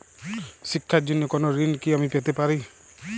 শিক্ষার জন্য কোনো ঋণ কি আমি পেতে পারি?